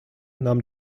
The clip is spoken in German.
nahm